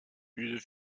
une